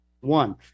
One